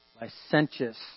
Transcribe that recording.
licentious